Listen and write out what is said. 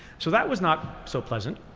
so that was not so pleasant.